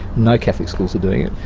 no catholic schools are doing it,